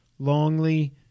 longly